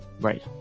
Right